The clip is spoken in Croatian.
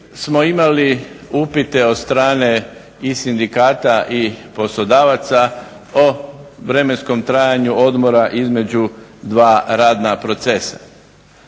smo imali upite od strane i sindikata i poslodavaca o vremenskom trajanju odbora između dva radna procesa.